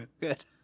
good